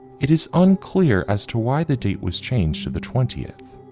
it is unclear as to why the date was changed to the twentieth,